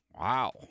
wow